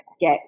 get